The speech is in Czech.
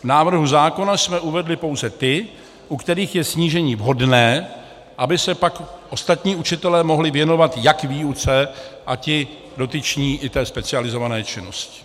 V návrhu zákona jsme uvedli pouze ty, u kterých je snížení vhodné, aby se pak ostatní učitelé mohli věnovat jak výuce a ti dotyční i té specializované činnosti.